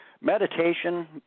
meditation